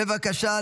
בבקשה.